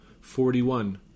Forty-one